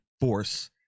force